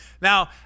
Now